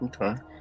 Okay